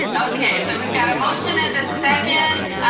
okay, so we've got a motion and a second,